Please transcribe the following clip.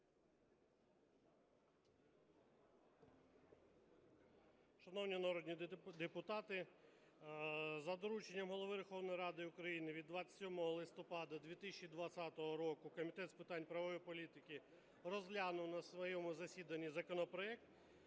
Шановні народні депутати, за дорученням Голови Верховної Ради України від 27 листопада 2020 року Комітет з питань правової політики розглянув на своєму засіданні законопроект